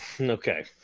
Okay